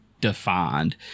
defined